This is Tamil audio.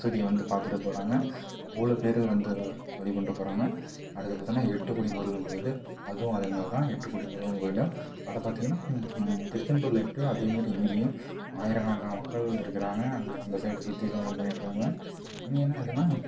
மசூதியை வந்து பார்த்துட்டு போகிறாங்க அவ்வளோ பேர் வந்து வழி பண்ணிவிட்டு போகிறாங்க அடுத்த பார்த்திங்கனா எட்டுக்குடி முருகன் கோவிலு அதுவும் அது மாதிரிதான் எட்டுக்குடி முருகன் கோவிலும் அதை பார்த்திங்கனா திருச்செந்தூர்ல எப்படியோ அதே மாதிரி இங்கேயும் ஆயிர கணக்கான மக்கள் இருக்கிறாங்க அந்த அந்த சைடு சுத்தீலும் இது பண்ணிட்டுருக்காங்க இங்கே என்ன இதுனா